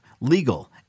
legal